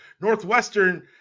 Northwestern